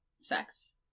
sex